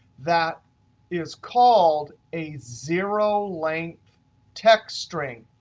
that is called a zero length text string.